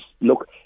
look